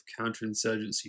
counterinsurgency